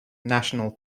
national